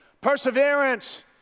perseverance